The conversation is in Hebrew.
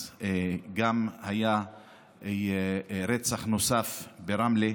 אז היה רצח נוסף ברמלה,